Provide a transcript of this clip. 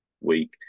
week